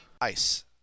Ice